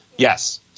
Yes